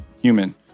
human